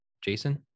Jason